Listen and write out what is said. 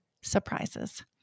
surprises